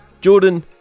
Jordan